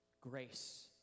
Grace